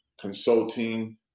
consulting